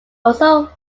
also